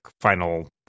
final